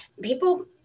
People